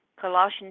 Colossians